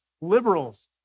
liberals